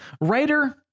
Writer